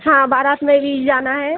हाँ बारात में भी जाना है